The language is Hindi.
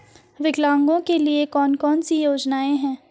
विकलांगों के लिए कौन कौनसी योजना है?